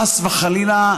חס וחלילה,